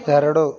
ಎರಡು